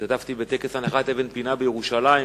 שהשתתפתי בטקס הנחת אבן פינה בירושלים,